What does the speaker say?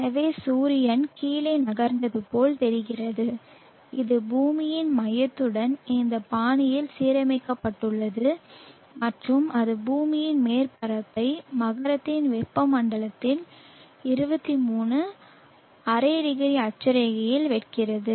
எனவே சூரியன் கீழே நகர்ந்தது போல் தெரிகிறது இது பூமியின் மையத்துடன் இந்த பாணியில் சீரமைக்கப்பட்டுள்ளது மற்றும் அது பூமியின் மேற்பரப்பை மகரத்தின் வெப்பமண்டலத்தில் 23 12 0 அட்சரேகையில் வெட்டுகிறது